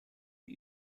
die